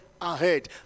ahead